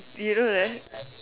you know that